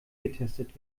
getestet